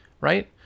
right